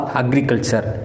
agriculture